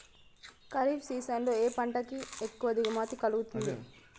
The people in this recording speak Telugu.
ఖరీఫ్ సీజన్ లో ఏ పంట కి ఎక్కువ దిగుమతి కలుగుతుంది?